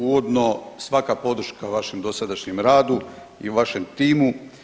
Uvodno, svaka podrška vašem dosadašnjem radu i vašem timu.